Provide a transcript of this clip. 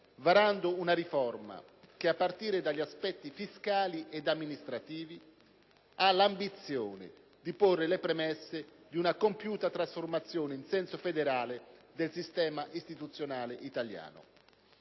varando una riforma che, a partire dagli aspetti fiscali e amministrativi, ha l'ambizione di porre le premesse di una compiuta trasformazione in senso federale del sistema istituzionale italiano.